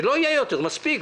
זה לא יהיה יותר, מספיק.